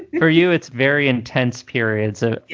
for you, it's very intense periods. ah yeah,